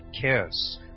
kiss